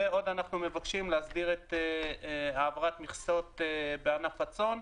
ועוד אנחנו מבקשים להסדיר את העברת המכסות בענף הצאן.